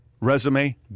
resume